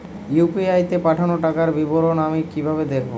UPI তে পাঠানো টাকার বিবরণ আমি কিভাবে দেখবো?